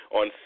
on